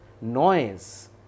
noise